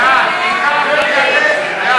נא להצביע.